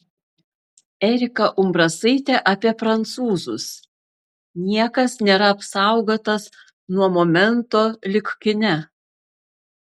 erika umbrasaitė apie prancūzus niekas nėra apsaugotas nuo momento lyg kine